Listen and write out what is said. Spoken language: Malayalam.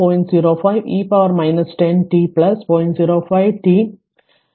05 e പവറിന് 10 t പ്ലസ് 0